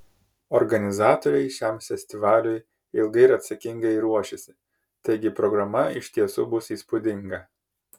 organizatoriai šiam festivaliui ilgai ir atsakingai ruošėsi taigi programa iš tiesų bus įspūdinga